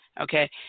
okay